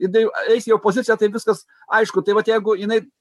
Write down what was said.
jinai eis į opoziciją tai viskas aišku tai vat jeigu jinai